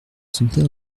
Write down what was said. soutenir